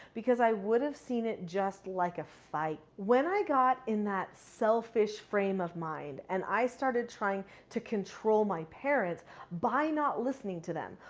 because i would have seen it just like a fight. when i got in that selfish frame of mind and i started trying to control my parents by not listening to them,